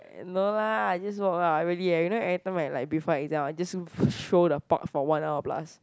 and no lah I just walk lah really eh you know every time right like before exam I'll just show the park for one hour plus